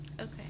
Okay